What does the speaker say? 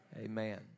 Amen